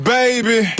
baby